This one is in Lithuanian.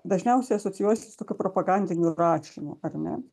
dažniausiai asocijuojasi su tokiu propagandiniu rašymu ar ne